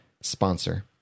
sponsor